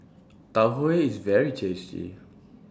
Tau Huay IS very tasty